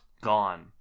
gone